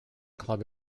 club